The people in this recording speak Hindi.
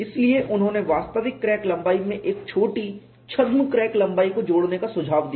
इसलिए उन्होंने वास्तविक क्रैक लंबाई में एक छोटी छद्म क्रैक लंबाई को जोड़ने का सुझाव दिया